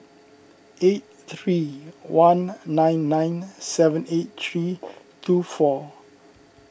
eight three one nine nine seven eight three two four